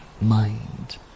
mind